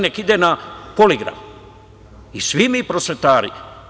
Neka ide na poligraf, i svi mi prosvetari.